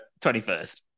21st